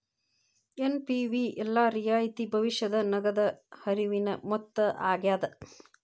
NPV ಎಲ್ಲಾ ರಿಯಾಯಿತಿ ಭವಿಷ್ಯದ ನಗದ ಹರಿವಿನ ಮೊತ್ತ ಆಗ್ಯಾದ